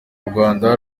rwanda